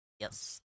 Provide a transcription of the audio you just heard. Yes